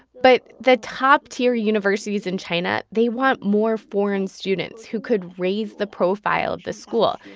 but the top-tier universities in china they want more foreign students who could raise the profile of the school.